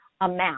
amount